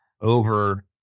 over